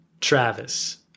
Travis